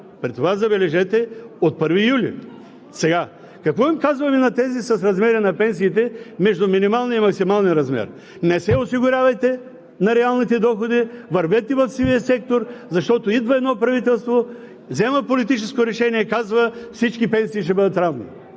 при това – забележете – от 1 юли. Какво им казваме на тези с размера на пенсиите между минималния и максималния размер? Не се осигурявайте на реалните доходи, вървете в сивия сектор, защото идва едно правителство, взема политическо решение и казва: всички пенсии ще бъдат равни,